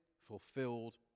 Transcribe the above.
fulfilled